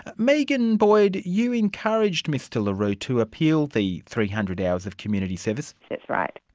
megan boyd, you encouraged mr la rue to appeal the three hundred hours of community service. that's right.